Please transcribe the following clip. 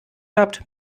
habt